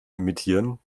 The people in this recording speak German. imitieren